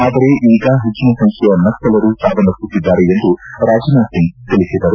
ಆದರೆ ಈಗ ಹೆಚ್ಚಿನ ಸಂಖ್ಯೆಯ ನಕ್ಸಲರು ಸಾವನ್ನಪ್ಪುತ್ತಿದ್ದಾರೆ ಎಂದು ರಾಜ್ನಾಥ್ ಸಿಂಗ್ ತಿಳಿಸಿದರು